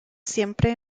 siempre